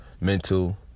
mental